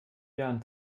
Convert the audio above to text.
jahren